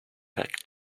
back